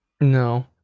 no